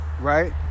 right